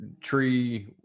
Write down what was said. tree